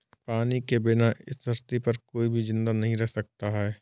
पानी के बिना इस धरती पर कोई भी जिंदा नहीं रह सकता है